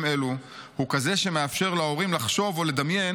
אלה הוא כזה שמאפשר להורים לחשוב או לדמיין